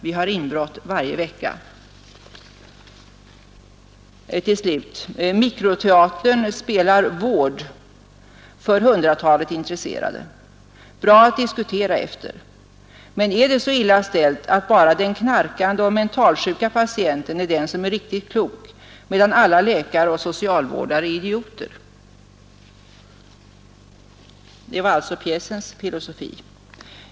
Vi har inbrott varje vecka.” Och slutligen: ”Mikroteatern spelar ”Vård?” för hundratalet intresserade. Bra att diskutera efter. Men är det så illa ställt att bara den knarkande och mentalsjuke patienten är den som är riktigt klok medan alla läkare och socialvårdare är idioter?” Det var alltså pjäsens filosofi.